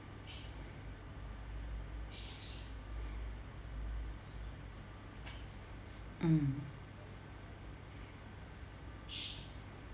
mm